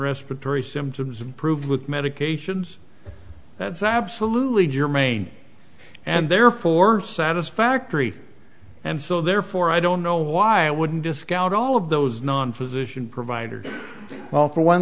respiratory symptoms improve with medications that's absolutely germane and therefore satisfactory and so therefore i don't know why i wouldn't discount all of those non physician providers well for one